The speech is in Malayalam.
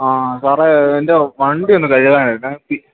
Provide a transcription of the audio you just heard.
ആ സാറെേ എൻ്റെ വണ്ടിയ ഒന്ന് കയ്്യതൻാ